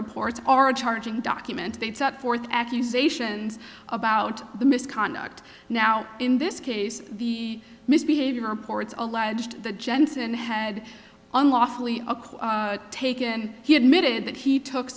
reports are charging documents they set forth accusations about the misconduct now in this case the misbehavior reports alleged that jensen head unlawfully taken he admitted that he took